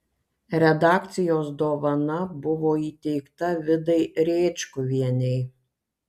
redakcijos dovana buvo įteikta vidai rėčkuvienei